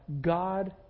God